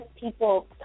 people